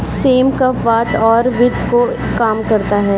same कफ, वात और पित्त को कम करता है